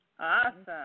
Awesome